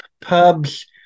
pubs